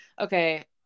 Okay